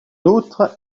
outre